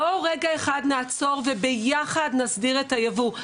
בואו רגע אחד נעצור וביחד נסדיר את הייבוא.